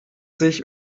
sich